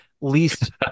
least